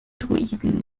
droiden